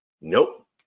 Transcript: nope